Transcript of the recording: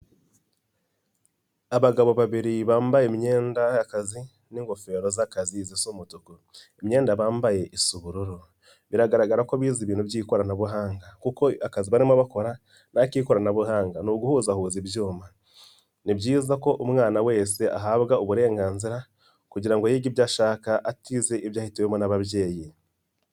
Abagabo babiri bambaye imyenda y'akazi n'ingofero z'akazi zisa umutuku imyenda bambaye isa ubururu biragaragara ko bize ibintu by'ikoranabuhanga kuko akazi barimo bakora n'ak'ikoranabuhanga ni uguhuzahuza ibyuma, ni byiza ko umwana wese ahabwa uburenganzira kugira ngo yige ibyo ashaka atize ibyo ahitatewemo n'ababyeyi.